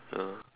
ya